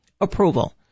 approval